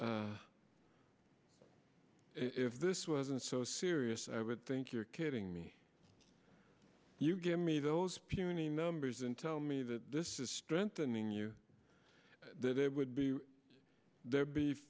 if this wasn't so serious i would think you are kidding me you give me those puny numbers and tell me that this is strengthening you that it would be there